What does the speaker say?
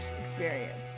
experience